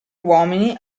uomini